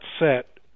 set